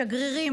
שגרירים,